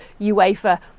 UEFA